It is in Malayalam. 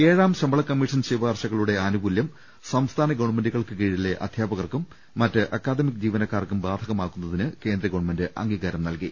ഏഴാം ശമ്പള കമ്മീഷൻ ശുപാർശകളുടെ ആനുകൂല്യം സംസ്ഥാന ഗവൺമെന്റുകൾക്കു കീഴിലെ അധ്യാപകർക്കും മറ്റു അക്കാഡമിക് ജീവനക്കാർക്കും ബാധകമാക്കുന്നതിന് കേന്ദ്ര ഗവൺമെന്റ് അംഗീകാരം നൽകി